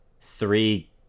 three